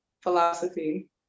philosophy